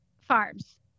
farms